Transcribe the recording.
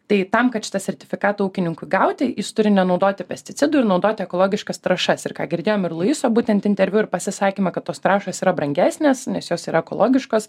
tai tam kad šitą sertifikatą ūkininkui gauti jis turi nenaudoti pesticidų ir naudoti ekologiškas trąšas ir ką girdėjom ir luiso būtent interviu ir pasisakymą kad tos trąšos yra brangesnės nes jos yra ekologiškos